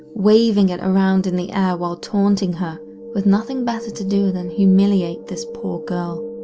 waving it around in the air while taunting her with nothing better to do than humiliate this poor girl.